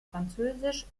französisch